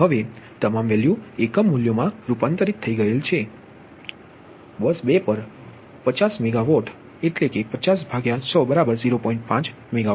હવે તમામ વેલ્યુ એકમ મૂલ્યોમાં રૂપાંતરિત થઇ ગયેલ છે બસ 2 પર 250 મેગાવોટ યુનિટ દીઠ 501000